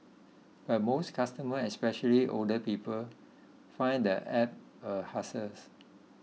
but most customers especially older people find the app a hassles